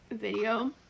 video